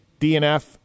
DNF